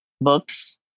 books